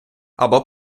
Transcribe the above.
або